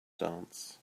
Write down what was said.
dance